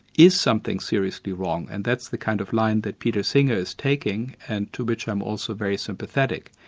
is something seriously wrong, and that's the kind of line that peter singer is taking and to which i'm also very sympathetic.